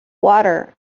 water